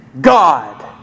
God